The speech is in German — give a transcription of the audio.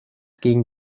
gegen